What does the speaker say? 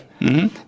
-hmm